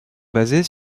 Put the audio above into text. basées